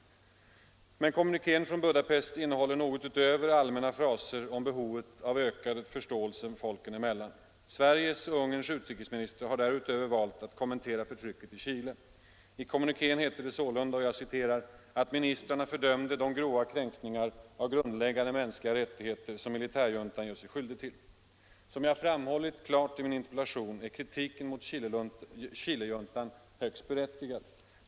Men kommunikén från Budapest innehåller något utöver allmänna fraser om behovet av ökad förståelse folken emellan. Sveriges och Ungerns utrikesministrar har därutöver valt att kommentera förtrycket i Chile. I kommunikén heter det sålunda att ”ministrarna fördömde de grova kränkningar av grundläggande mänskliga rättigheter som militärjuntan gör sig skyldig till”. Som jag klart framhållit i min interpellation är kritiken mot Chilejuntan högst berättigad.